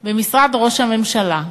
במשרד ראש הממשלה,